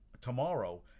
tomorrow